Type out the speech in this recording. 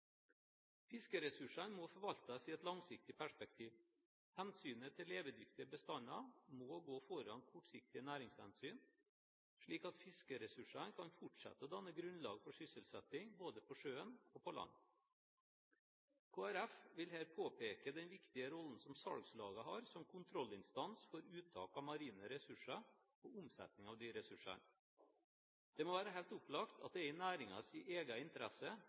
Fiskeressursene må forvaltes i et langsiktig perspektiv. Hensynet til levedyktige bestander må gå foran kortsiktige næringshensyn, slik at fiskeressursene kan fortsette å danne grunnlag for sysselsetting både på sjøen og på land. Kristelig Folkeparti vil her påpeke den viktige rollen salgslagene har som kontrollinstans for uttak av marine ressurser og omsetning av disse ressursene. Det må være helt opplagt at det er i næringens egen interesse